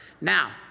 Now